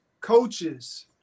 coaches